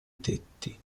tetti